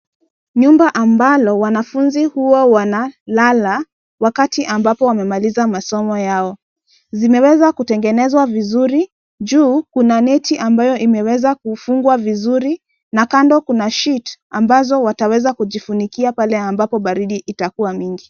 Nyumba ambalo wanafunzi huwa wanalala wakati, ambapo wamemaliza masomo yao. Zimeweza kutengenezwa vizuri, juu, kuna neti ambayo imeweza kufungwa vizuri, na kando kuna sheet ambazo wataweza kujifunikia pale ambapo baridi itakuwa mingi.